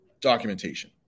Documentation